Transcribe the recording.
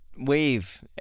wave